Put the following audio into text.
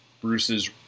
Bruce's